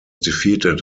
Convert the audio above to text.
defeated